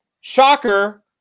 shocker